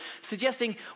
suggesting